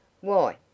Why